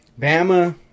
Bama